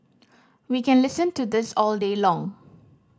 we can listen to this all day long